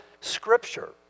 Scripture